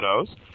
photos